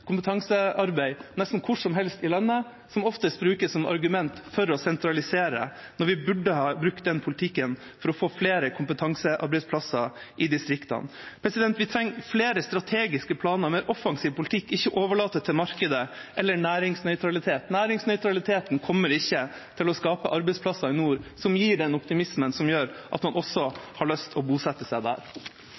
kompetansearbeid nesten hvor som helst i landet, som oftest brukes som argument for å sentralisere, når vi burde brukt politikken til å få flere kompetansearbeidsplasser i distriktene. Vi trenger flere strategiske planer og en mer offensiv politikk – ikke overlate det til markedet eller næringsnøytralitet. Næringsnøytralitet kommer ikke til å skape de arbeidsplassene i nord som gir den optimismen som gjør at man har lyst til å bosette seg der.